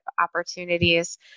opportunities